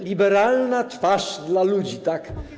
Liberalna twarz dla ludzi, tak?